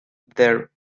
their